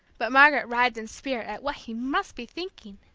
but margaret writhed in spirit at what he must be thinking.